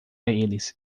eles